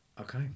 Okay